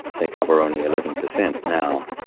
they cover only eleven percent now.